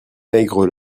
maigre